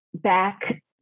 back